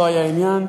לא היה עניין.